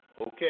okay